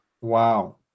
Wow